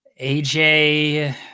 AJ